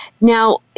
Now